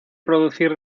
producir